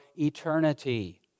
eternity